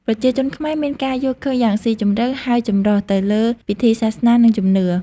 ប្រជាជនខ្មែរមានការយល់ឃើញយ៉ាងស៊ីជម្រៅ ហើយចម្រុះទៅលើពិធីសាសនា និងជំនឿ។